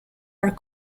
are